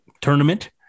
tournament